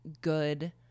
good